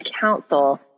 Council